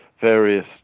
various